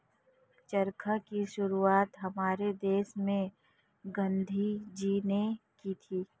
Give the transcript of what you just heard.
चरखा की शुरुआत हमारे देश में गांधी जी ने की थी